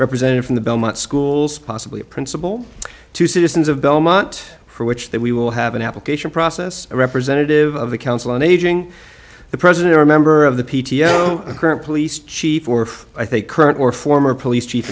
representative from the belmont schools possibly a principal to citizens of belmont for which that we will have an application process a representative of the council on aging the president or a member of the p t a a current police chief or i think current or former police chief